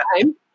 time